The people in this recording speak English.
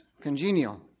congenial